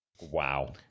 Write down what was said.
Wow